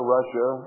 Russia